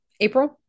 April